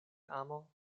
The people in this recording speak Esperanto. amo